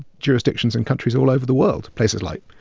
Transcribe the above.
jurisdictions in countries all over the world places like,